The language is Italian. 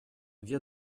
via